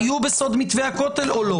היו בסוד מתווה הכותל, או לא?